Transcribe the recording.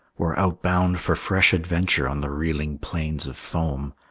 or outbound for fresh adventure on the reeling plains of foam?